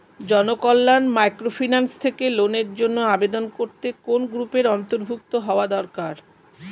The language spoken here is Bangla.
জনকল্যাণ মাইক্রোফিন্যান্স থেকে লোনের জন্য আবেদন করতে কোন গ্রুপের অন্তর্ভুক্ত হওয়া দরকার?